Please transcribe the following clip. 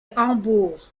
hambourg